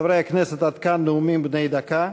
חברי הכנסת, עד כאן נאומים בני דקה.